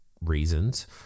reasons